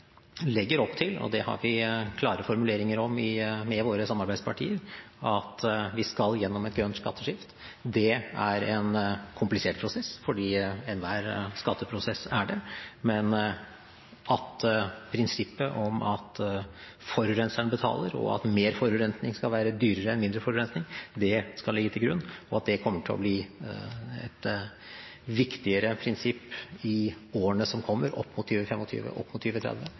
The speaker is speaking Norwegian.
legger opp til – og det har vi klare formuleringer om sammen med våre samarbeidspartier – at vi skal gjennom et grønt skatteskifte. Det er en komplisert prosess, fordi enhver skatteprosess er det. Men at prinsippet om at forurenseren betaler, og at mer forurensning skal være dyrere enn mindre forurensning, skal ligge til grunn, og at det kommer til å bli et viktigere prinsipp i årene som kommer – frem mot 2025, frem mot